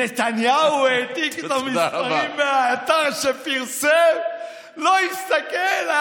נתניהו העתיק את המספרים מהאתר שפרסם ולא הסתכל.